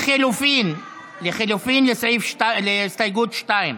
לחלופין להסתייגות 2,